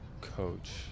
coach